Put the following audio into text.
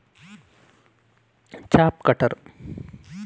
ಹುಲ್ಲು ತುಂಡರಿಸಲು ಯಾವ ಸಲಕರಣ ಒಳ್ಳೆಯದು?